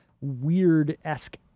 weird-esque